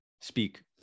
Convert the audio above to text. speak